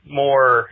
more